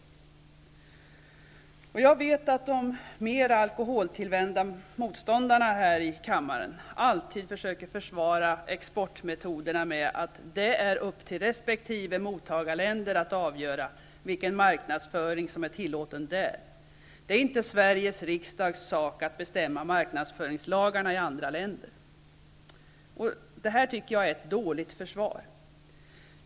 Jag vet att de mera alkoholtillvända motståndarna här i kammaren alltid försöker att försvara exportmetoderna med att det är upp till resp. mottagarland att avgöra vilken marknadföring som är tillåten där. Det är inte Sveriges riksdags sak att bestämma marknadsföringslagarna i andra länder. Jag tycker att det är ett dåligt försvar.